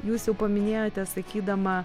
jūs jau paminėjote sakydama